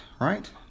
right